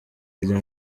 rya